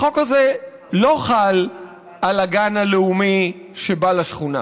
החוק הזה לא חל על הגן הלאומי שבא לשכונה.